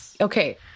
okay